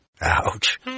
Ouch